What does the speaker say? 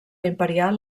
imperial